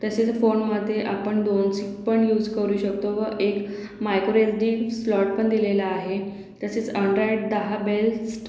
तसेच फोनमध्ये आपण दोन सिम पण यूज करू शकतो व एक मायक्रो एसडी स्लॉटपण दिलेला आहे तसेच ऑन्ड्राईड दहा बेस्ट